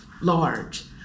large